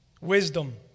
Wisdom